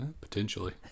Potentially